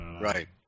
Right